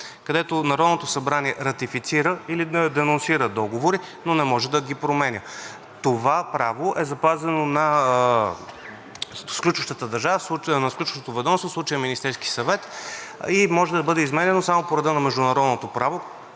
където Народното събрание ратифицира или денонсира договори, но не може да ги променя. Това право е запазено на сключващото ведомство – в случая Министерския съвет, и може да бъде изменяно само по реда на международното право,